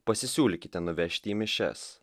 pasisiūlykite nuvežti į mišias